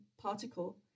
particle